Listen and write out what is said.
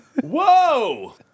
Whoa